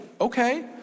Okay